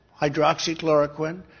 hydroxychloroquine